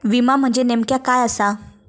विमा म्हणजे नेमक्या काय आसा?